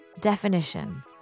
definition